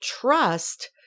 trust